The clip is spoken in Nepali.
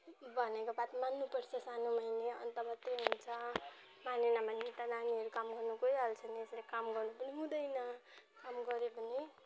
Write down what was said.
भनेको बात मान्नु पर्छ सानो भए पनि अन्त मात्रै हुन्छ मानेन भने त नानीहरू काम गर्न गइहाल्छ नि यसरी काम गर्नु पनि हुँदैन काम गर्यो भने